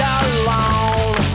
alone